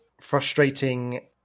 frustrating